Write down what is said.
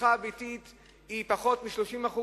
הצריכה הביתית היא פחות מ-30%,